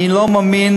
אני לא מאמין,